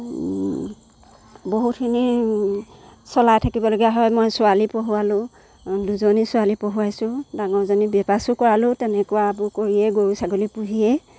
বহুতখিনি চলাই থাকিবলগীয়া হয় মই ছোৱালী পঢ়োঁৱালো দুজনী ছোৱালী পঢ়োঁৱাইছো ডাঙৰজনী বি এ পাছো কৰোৱালো তেনেকুৱাবোৰ কৰিয়েই গৰু ছাগলী পুহিয়েই